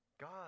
God